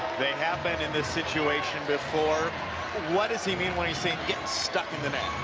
they have been in this situation before what does he mean when he says getting stuck in the net?